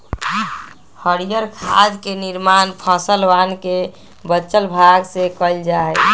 हरीयर खाद के निर्माण फसलवन के बचल भाग से कइल जा हई